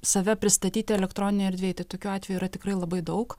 save pristatyti elektroninėj erdvėj tai tokių atvejų yra tikrai labai daug